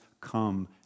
come